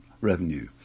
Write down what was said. revenue